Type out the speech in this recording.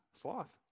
sloth